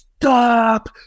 stop